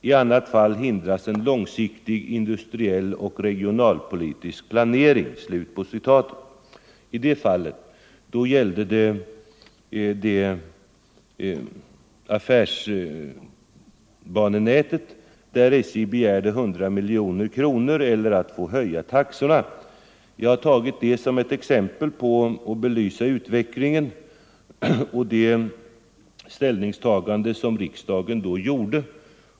I annat fall hindras en långsiktig industriell och regionalpolitisk omplanering.” 69 I det fallet gällde det affärsbanenätet, där SJ begär 100 miljoner kronor eller en höjning av taxorna. Jag har tagit det som exempel för att belysa utvecklingen och för att erinra om det ställningstagande som riksdagen då gjorde.